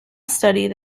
studied